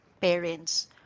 parents